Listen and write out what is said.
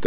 the